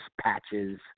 patches